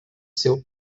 seu